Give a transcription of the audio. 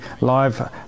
live